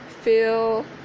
feel